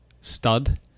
stud